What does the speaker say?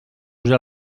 usa